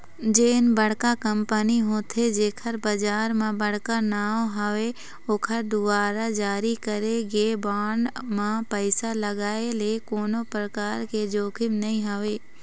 जेन बड़का कंपनी होथे जेखर बजार म बड़का नांव हवय ओखर दुवारा जारी करे गे बांड म पइसा लगाय ले कोनो परकार के जोखिम नइ राहय